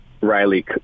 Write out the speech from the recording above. Riley